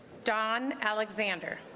don alexander